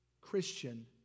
Christian